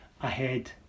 ahead